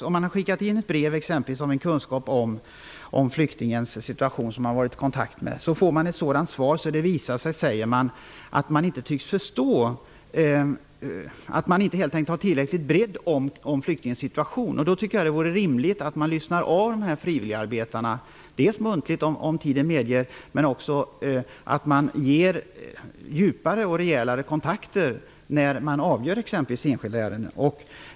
Det kan vara någon som har varit i kontakt med en flykting och sedan skickat in ett brev om flyktingens situation och fått ett svar som visar att man inte tycks förstå, inte har tillräckligt med kunskap om flyktingens situation. Jag tycker att det vore rimligt att man lyssnar på frivilligarbetarna. Det kan vara muntliga kontakter, om tiden medger. Men det kan också vara djupare kontakter då enskilda ärenden avgörs.